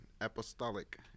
apostolic